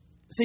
see